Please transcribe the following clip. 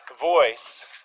voice